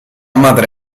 madre